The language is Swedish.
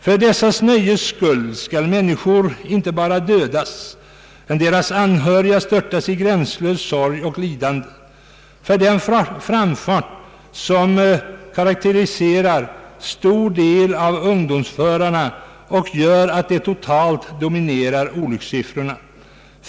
För dessas nöjes skull skall människor inte bara dödas men deras anhöriga störtas i gränslös sorg och lidande. För den framfart, som karakteriserar stor del av ungdomsförarna och gör att de totalt dominerar olyckssiffrorna.